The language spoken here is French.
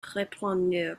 repreneur